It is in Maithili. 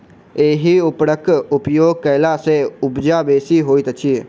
एहि उर्वरकक उपयोग कयला सॅ उपजा बेसी होइत छै